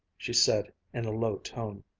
she said in a low tone.